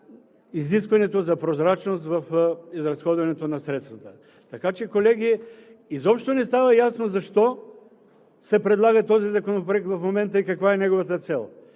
изискването за прозрачност в изразходването на средствата. Така че, колеги, изобщо не става ясно защо се предлага този законопроект в момента и каква е неговата цел?